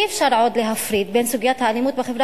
אי-אפשר עוד להפריד בין סוגיית האלימות בחברה